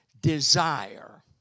desire